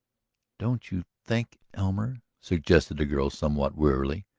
don't you think, elmer, suggested the girl somewhat wearily,